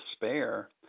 despair